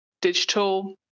digital